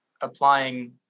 applying